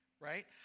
right